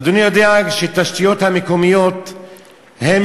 אדוני יודע שהתשתיות המקומיות הן